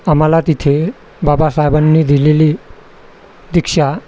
आम्हाला तिथे बाबासाहेबांनी दिलेली दीक्षा